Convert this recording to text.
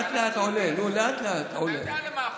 אתה יודע למה החוק.